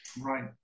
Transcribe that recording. Right